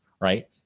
right